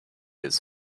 his